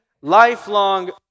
lifelong